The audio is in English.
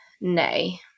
nay